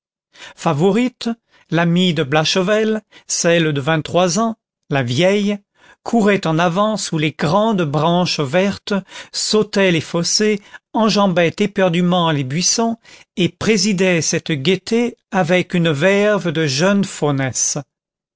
favourite l'amie de blachevelle celle de vingt-trois ans la vieille courait en avant sous les grandes branches vertes sautait les fossés enjambait éperdument les buissons et présidait cette gaîté avec une verve de jeune faunesse